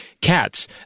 cats